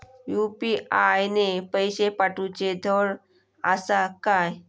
UPI ने पैशे पाठवूचे धड आसा काय?